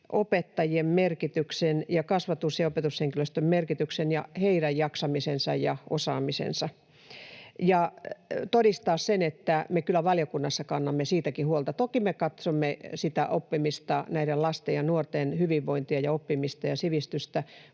merkityksen, kasvatus- ja opetushenkilöstön merkityksen, ja heidän jaksamisensa ja osaamisensa ja todistaa sen, että me kyllä valiokunnassa kannamme niistäkin huolta. Toki me katsomme sitä oppimista, näiden lasten ja nuorten hyvinvointia, oppimista ja sivistystä,